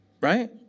Right